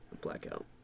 Blackout